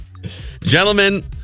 Gentlemen